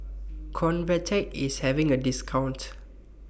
Convatec IS having A discount